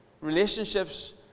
relationships